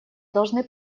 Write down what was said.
должны